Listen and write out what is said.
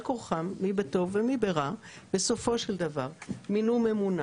כורחם בטוב או ברע בסופו של דבר מינו ממונה